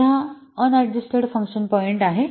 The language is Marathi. तर हा अनियंत्रित फंक्शन पॉईंट आहे